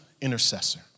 intercessor